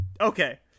okay